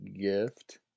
gift